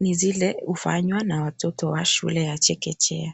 ni zile hufanywa na watoto wa shule ya chekechea.